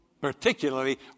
Particularly